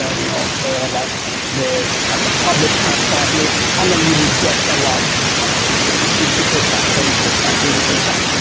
ah you know ah like they are kind of like published transparently. and then you would get a large discount. it could be sixty percent, seventy percent, eighty percent.